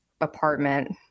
apartment